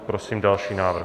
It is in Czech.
Prosím další návrh.